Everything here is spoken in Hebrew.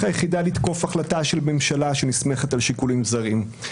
היחידה לתקוף החלטה של ממשלה שנסמכת על שיקולים זרים.